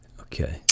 Okay